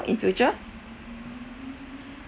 in future